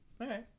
Okay